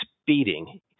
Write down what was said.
speeding